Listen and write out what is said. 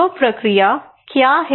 तो प्रक्रिया क्या है